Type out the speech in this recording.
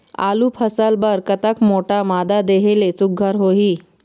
आलू फसल बर कतक मोटा मादा देहे ले सुघ्घर होही?